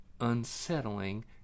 unsettling